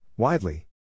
Widely